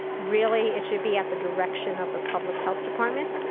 really, it should be at the direction of the public health department.